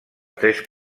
tres